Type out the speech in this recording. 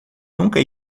nunca